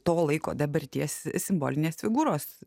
to laiko dabarties simbolinės figūros